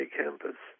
campus